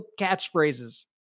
catchphrases